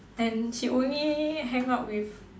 and she only hang out with